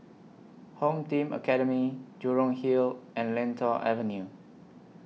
Home Team Academy Jurong Hill and Lentor Avenue